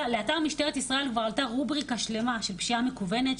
לאתר משטרת ישראל כבר עלתה רובריקה שלמה של פשיעה מקוונת,